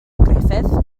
gruffudd